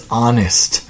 honest